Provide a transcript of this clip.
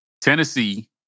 Tennessee